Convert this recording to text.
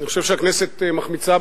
אני חושב שהכנסת מחמיצה,